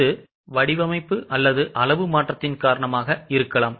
இது வடிவமைப்பு அல்லது அளவு மாற்றத்தின் காரணமாக இருக்கலாம்